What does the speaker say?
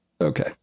Okay